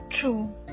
True